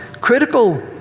critical